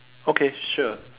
okay sure